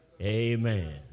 Amen